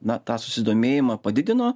na tą susidomėjimą padidino